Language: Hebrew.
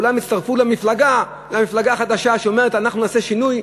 כולם הצטרפו למפלגה החדשה שאומרת: אנחנו נעשה שינוי,